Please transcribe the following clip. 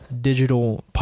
digital